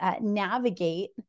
navigate